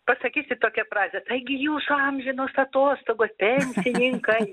pasakysit tokią frazę taigi jūsų amžinos atostogos pensininkai